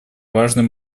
важный